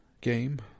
game